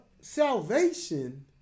salvation